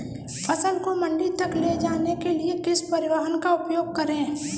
फसल को मंडी तक ले जाने के लिए किस परिवहन का उपयोग करें?